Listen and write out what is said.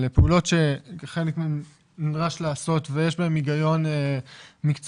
פעולות שחלק מהם נדרש לעשות ויש בהם הגיון מקצועי,